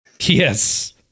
Yes